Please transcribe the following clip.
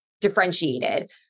differentiated